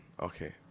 okay